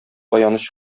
аяныч